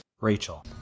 rachel